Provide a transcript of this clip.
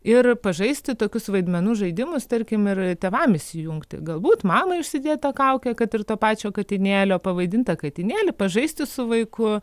ir pažaisti tokius vaidmenų žaidimus tarkim ir tėvam įsijungti galbūt mamai užsidėt tą kaukę kad ir to pačio katinėlio pavaidint tą katinėlį pažaisti su vaiku